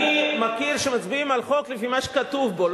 אני מכיר שמצביעים על חוק לפי מה שכתוב בו,